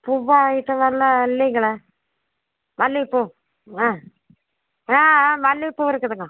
பூவாய் ஐட்டமெல்லாம் இல்லைங்களே மல்லிகை பூ ஆ ஆ ஆ மல்லிகை பூ இருக்குதுங்க